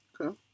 Okay